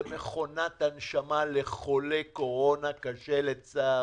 זה מכונת הנשמה לחולה קורונה קשה, לצערי,